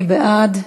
מי בעד?